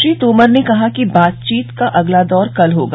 श्री तोमर ने कहा कि बातचीत का अगला दौर कल होगा